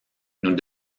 nous